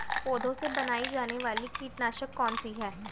पौधों से बनाई जाने वाली कीटनाशक कौन सी है?